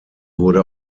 wurde